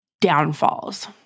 downfalls